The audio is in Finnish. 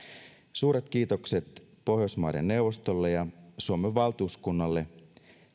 suuret kiitokset pohjoismaiden neuvostolle ja suomen valtuuskunnalle